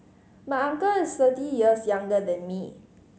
my uncle is thirty years younger than me